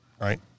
Right